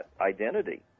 identity